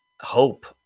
hope